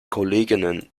kolleginnen